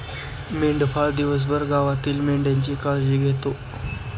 मेंढपाळ दिवसभर गावातील मेंढ्यांची काळजी घेतो